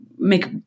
make